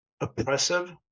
oppressive